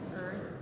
earth